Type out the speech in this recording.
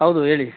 ಹೌದು ಹೇಳಿ